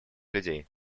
людей